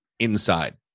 inside